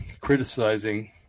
criticizing